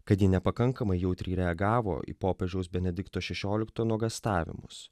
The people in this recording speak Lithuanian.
kad ji nepakankamai jautriai reagavo į popiežiaus benedikto šešiolikto nuogąstavimus